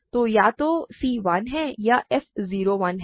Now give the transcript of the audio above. तो या तो c 1 है या f 0 1 है